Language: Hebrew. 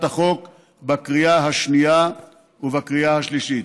החוק בקריאה השנייה ובקריאה השלישית.